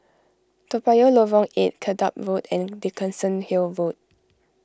Toa Payoh Lorong eight Dedap Road and Dickenson Hill Road